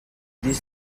this